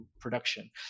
production